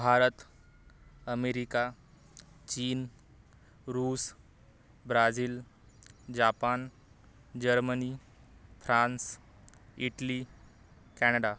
Bharat America चीन रूस Brazil Japan Germany France Italy Canada